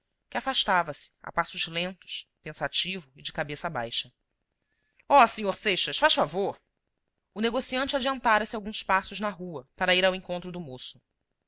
que afastava-se a passos lentos pensativo e de cabeça baixa oh sr seixas faz favor o negociante adiantara se alguns passos na rua para ir ao encontro do moço